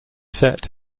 set